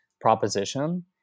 proposition